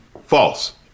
False